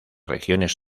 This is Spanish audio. regiones